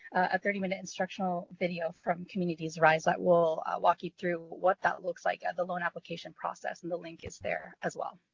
a thirty minute instructional video from communities rise that will walk you through what that looks like at the loan application process and that link is there as well.